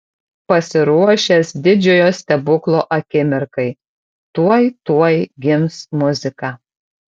pasiruošęs didžiojo stebuklo akimirkai tuoj tuoj gims muzika